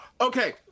Okay